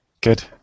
Good